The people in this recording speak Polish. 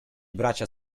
bracia